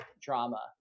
drama